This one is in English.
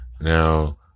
Now